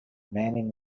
manning